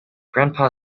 grandpa